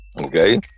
Okay